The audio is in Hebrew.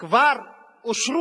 כבר אושרו